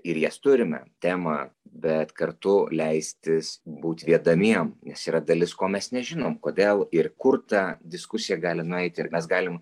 ir jas turime temą bet kartu leistis būt vedamiem nes yra dalis ko mes nežinom kodėl ir kur ta diskusija gali nueiti ir mes galim